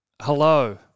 Hello